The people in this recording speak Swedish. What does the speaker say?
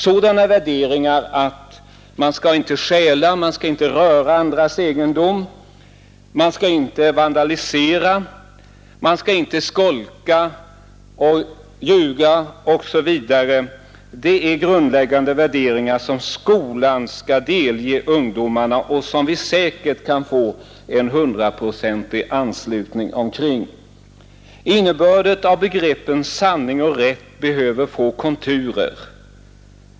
Sådana värderingar som att man skall inte stjäla, man skall inte röra andras egendom, man skall inte favorisera, man skall inte skolka och ljuga osv. är grundläggande värderingar, som skolan skall delge ungdomarna och som vi säkert kan få en hundraprocentig anslutning omkring. Innebörden av begreppen ”sanning” och ”rätt” behöver få konturer.